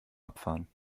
abfahren